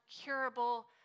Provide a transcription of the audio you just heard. curable